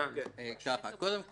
קודם כול,